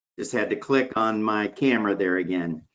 just had to click on my camera there again.